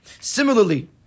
Similarly